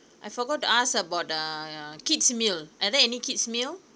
I forgot to ask about err kids meal are there any kids meal